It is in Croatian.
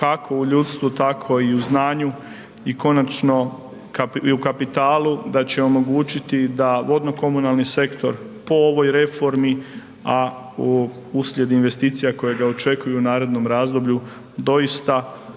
kako u ljudstvu, tako i u znanju i konačno i u kapitalu, da će omogućiti da vodno-komunalni sektor po ovoj reformi, a uslijed investicija koje ga očekuju u narednom razdoblju doista